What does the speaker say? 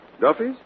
Duffy's